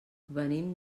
venim